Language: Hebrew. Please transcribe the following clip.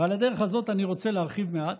ועל הדרך הזאת אני רוצה להרחיב מעט,